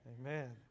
amen